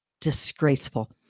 disgraceful